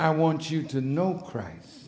i want you to know crime